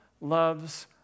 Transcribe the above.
loves